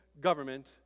government